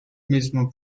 mismo